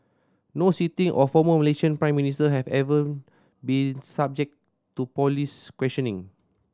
no sitting or former Malaysian Prime Minister has ever been subject to police questioning